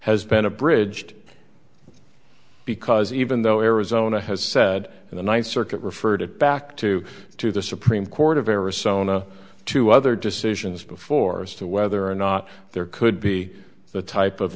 has been abridged because even though arizona has said in the ninth circuit referred it back to to the supreme court of arizona two other decisions before as to whether or not there could be the type of